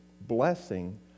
blessing